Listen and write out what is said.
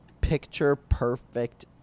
picture-perfect